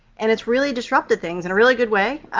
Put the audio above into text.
and it's really disrupted things in a really good way,